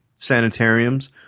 Sanitariums